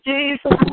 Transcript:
Jesus